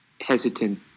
hesitant